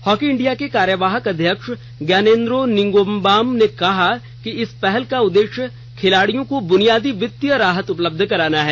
hockey India के कार्यवाहक अध्यक्ष ज्ञानेंद्रो निंगोमबाम ने कहा कि इस पहल का उदेश्य खिलाडियों को बुनियादी वित्तीय राहत उपलब्ध कराना है